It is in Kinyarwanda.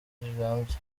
rirambye